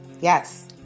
Yes